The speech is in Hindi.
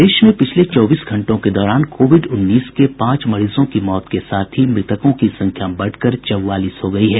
प्रदेश में पिछले चौबीस घंटों के दौरान कोविड उन्नीस के पांच मरीजों की मौत के साथ ही मृतकों की संख्या बढ़कर चौवालीस हो गयी है